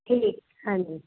ਠੀਕ ਹਾਂਜੀ